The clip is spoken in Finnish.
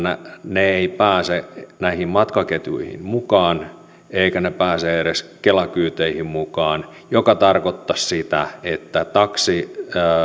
ne eivät pääse näihin matkaketjuihin mukaan eivätkä ne pääse edes kela kyyteihin mukaan mikä tarkoittaisi sitä että